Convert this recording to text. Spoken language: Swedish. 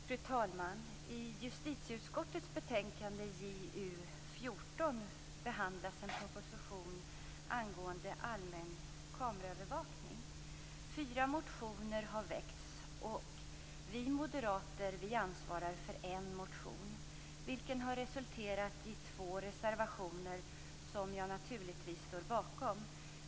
Fru talman! I justitieutskottets betänkande JuU14 behandlas en proposition om allmän kameraövervakning. Fyra motioner har väckts, och vi moderater ansvarar för en motion. Den har resulterat i två reservationer, som jag naturligtvis står bakom.